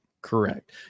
Correct